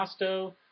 Costo